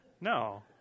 no